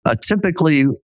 Typically